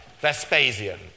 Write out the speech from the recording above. Vespasian